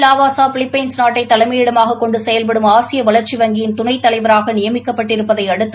Lavasa Philippines நாட்டை தலைமையிடமாக கொண்டு செயல்படும் ஆசிய வளர்ச்சி வங்கியின் துணைத் தலைவராக நியமிக்கப்பட்டிருப்பதை அடுத்து